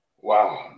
Wow